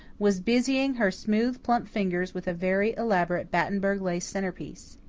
was busying her smooth, plump fingers with a very elaborate battenburg lace centre-piece.